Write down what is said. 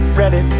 ready